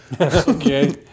Okay